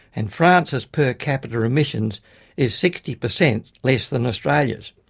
and france's per capita emissions is sixty percent less than australia's.